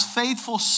faithful